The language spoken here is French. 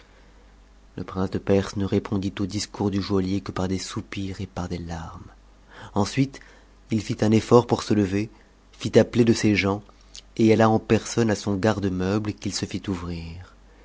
le prince de perse ne répondit au discours du joaillier que par des soupirs et par des larmes ensuite il fit un effort pour se lever fit appeler de ses gens et alla en personne à son garde-meuble qu'il se fit ouvrir